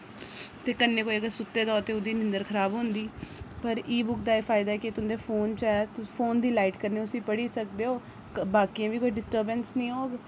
ते कन्नै कोई अगर सुत्ते दा होऐ ते ओह्दी निंदर खराब होंदी पर इ बुक दा एह् फायदा कि तुं'दे फोन च है तुस फोन दी लाइट कन्नै उस्सी पढ़ी सकदे ओ बाकियें बी कोई डिस्टर्बैंस निं होग